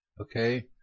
okay